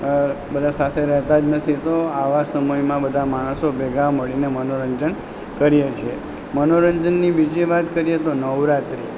બધા સાથે રહેતા જ નથી તો આવા સમયમાં બધા માણસો ભેગા મળીને મનોરંજન કરીએ છીએ મનોરંજનની બીજી વાત કરીએ તો નવરાત્રિ